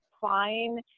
fine